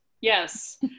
yes